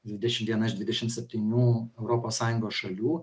dvidešim viena iš dvidešim septynių europos sąjungos šalių